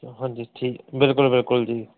ਹਾਂਜੀ ਠੀਕ ਬਿਲਕੁਲ ਬਿਲਕੁਲ ਜੀ